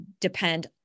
depend